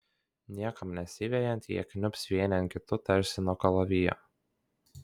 niekam nesivejant jie kniubs vieni ant kitų tarsi nuo kalavijo